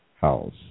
house